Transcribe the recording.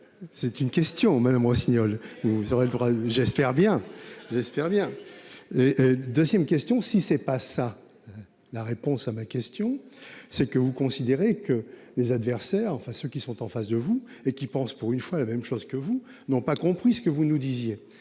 aurez le droit. J'espère bien, j'espère bien. 2ème question si c'est pas ça. La réponse à ma question c'est que vous considérez que les adversaires, enfin ceux qui sont en face de vous et qui pense pour une fois la même chose que vous n'ont pas compris ce que vous nous disiez